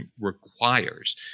requires